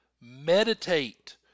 Meditate